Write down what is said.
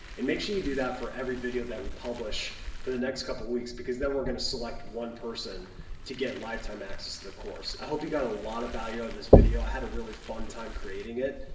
and make sure you do that for every video that we publish for the next couple weeks because then we're gonna select one person to get lifetime access to the course. i hope you got a lot of value out of this video. i had a really fun time creating it.